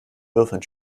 würfeln